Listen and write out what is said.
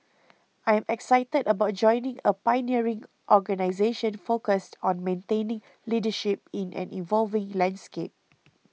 I'm excited about joining a pioneering organisation focused on maintaining leadership in an evolving landscape